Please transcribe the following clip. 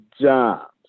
jobs